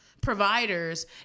providers